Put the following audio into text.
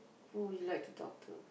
who would you like to talk to